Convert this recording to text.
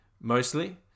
mostly